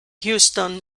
houston